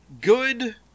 good